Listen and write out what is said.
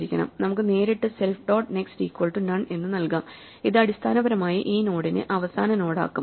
നമുക്ക് നേരിട്ട് self dot next equal to none എന്ന് നൽകാം ഇത് അടിസ്ഥാനപരമായി ഈ നോഡിനെ അവസാന നോഡാക്കും